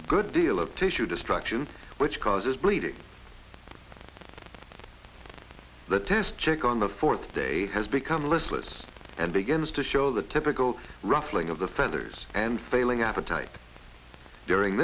good deal of tissue just suction which causes bleeding through the test check on the fourth day has become listless and begins to show the typical ruffling of the feathers and failing appetite during